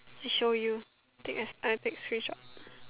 show you take a take a screenshot